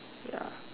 ya